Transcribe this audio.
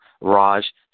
Raj